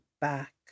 back